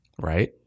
Right